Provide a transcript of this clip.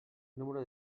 número